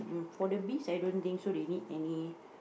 for the bees I don't think so they need any